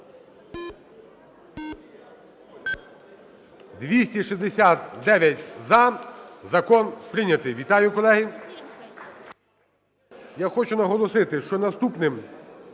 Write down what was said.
За-269 Закон прийнятий. Вітаю, колеги.